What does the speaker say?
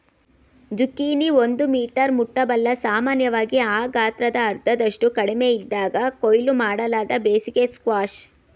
zucchini ಒಂದು metre ಮುಟ್ಟಬಲ್ಲ ಸಾಮಾನ್ಯವಾಗಿ ಆ ಗಾತ್ರದ ಅರ್ಧದಷ್ಟು ಕಡಿಮೆಯಿದ್ದಾಗ ಕೊಯ್ಲು ಮಾಡಲಾದ ಬೇಸಿಗೆ ಸ್ಕ್ವಾಷ್